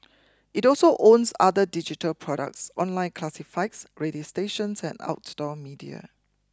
it also owns other digital products online classifieds radio stations and outdoor media